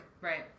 Right